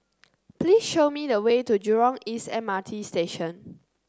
please show me the way to Jurong East M R T Station